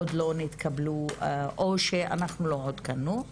עוד לא נתקבלו או שאנחנו לא עודכנו.